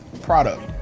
product